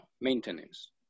maintenance